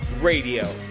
Radio